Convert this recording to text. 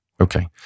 Okay